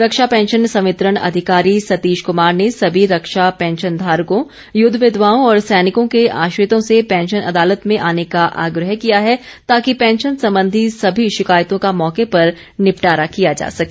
रक्षा pension संवितरण अधिकारी सतीश कमार ने सभी रक्षा पैंशन धारकों युद्ध विधवाओं और सैनिकों के आश्रितों से पैंशन अदालत में आने का आग्रह किया है ताकि पैंशन संबंधी सभी शिकायतों का मौके पर निपटारा किया जा सके